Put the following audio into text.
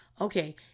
okay